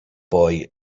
boy